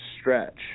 stretch